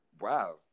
wow